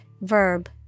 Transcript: Verb